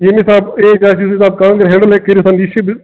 یمہ حِساب ایج آسہ امس کم ہینڈل ہیٚکہِ کٔرِتھ یہ چھ